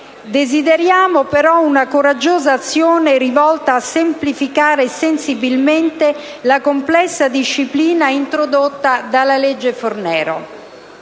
Desideriamo però una coraggiosa azione rivolta a semplificare sensibilmente la complessa disciplina introdotta dalla legge Fornero